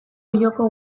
olloko